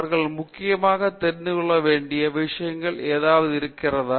அவர்கள் முக்கியமாக தெரிந்துகொள்ள வேண்டிய விஷயங்கள் ஏதாவது இருக்கிறதா